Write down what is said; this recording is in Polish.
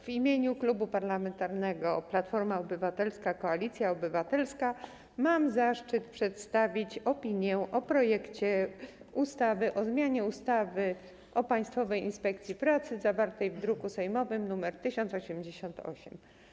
W imieniu Klubu Parlamentarnego Koalicja Obywatelska - Platforma Obywatelska mam zaszczyt przedstawić opinię o projekcie ustawy o zmianie ustawy o Państwowej Inspekcji Pracy, zawartym w druku sejmowym nr 1088.